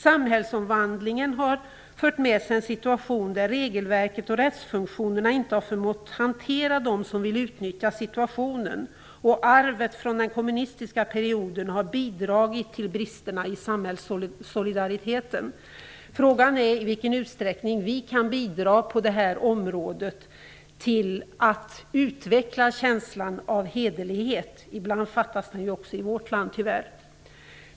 Samhällsomvandlingen har fört med sig en situation, där regelverket och rättsfunktionerna inte har förmått hantera dem som vill utnyttja situationen. Arvet från den kommunistiska perioden har bidragit till bristerna i samhällssolidariteten. Frågan är i vilken utsträckning vi kan bidra till att utveckla känslan av hederlighet. Ibland fattas den ju också i vårt land, tyvärr.